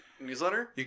newsletter